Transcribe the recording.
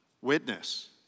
witness